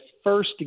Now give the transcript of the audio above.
first